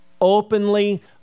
openly